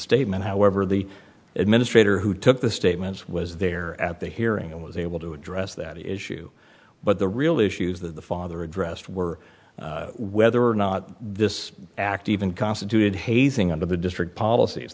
statement however the administrator who took the statements was there at the hearing and was able to address that issue but the real issues that the father addressed were whether or not this act even constituted hazing under the district policies